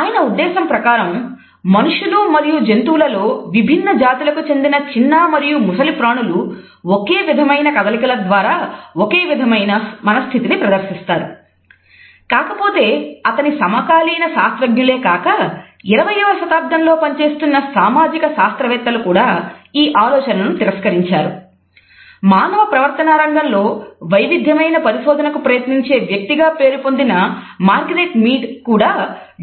ఈ పుస్తకంలో